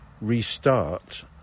restart